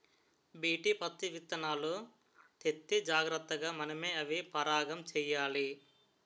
BT పత్తిత్తనాలు తెత్తే జాగ్రతగా మనమే అవి పరాగం చెయ్యాలి